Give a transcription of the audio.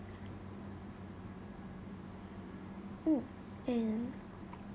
mm and